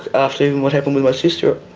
after and what happened with my sister,